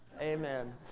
Amen